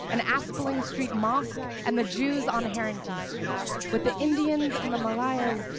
and aspling street mosque and the jews on harrington street, with the indians and the malayas,